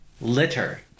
Litter